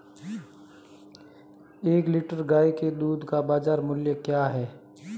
एक लीटर गाय के दूध का बाज़ार मूल्य क्या है?